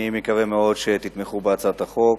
אני מקווה מאוד שתתמכו בהצעת החוק.